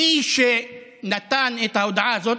מי שנתן את ההודעה הזאת,